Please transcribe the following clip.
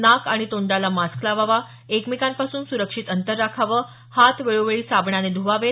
नाक आणि तोंडाला मास्क लावावा एकमेकांपासून सुरक्षित अंतर राखावं हात वेळोवेळी साबणाने ध्वावेत